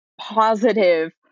positive